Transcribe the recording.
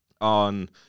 on